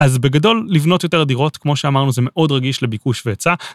אז בגדול לבנות יותר דירות, כמו שאמרנו, זה מאוד רגיש לביקוש והיצע.